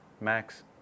max